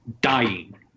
dying